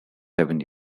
seven